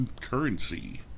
currency